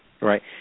Right